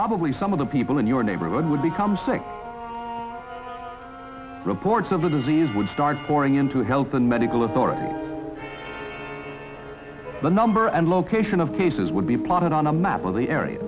probably some of the people in your neighborhood would become sick reports of a disease would start pouring in to help and medical authorities the number and location of cases would be plotted on a map of the area